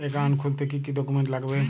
Account খুলতে কি কি ডকুমেন্ট লাগবে?